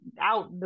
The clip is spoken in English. out